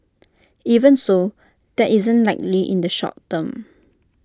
even so that isn't likely in the short term